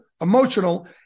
emotional